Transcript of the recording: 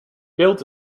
builds